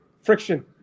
friction